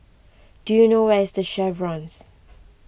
do you know where is the Chevrons